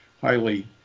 highly